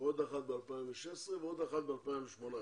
עוד אחת ב-2016 ועוד אחת ב-2018.